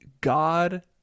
God